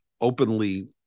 openly